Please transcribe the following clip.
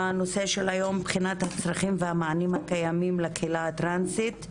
הנושא שלנו היום הוא בחינת הצרכים והמענים הקיימים לקהילה הטרנסית.